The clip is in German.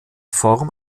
form